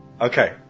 Okay